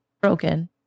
broken